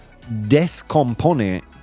descompone